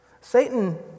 Satan